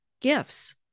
gifts